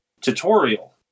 tutorial